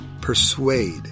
persuade